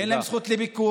אין להם זכות לביקור,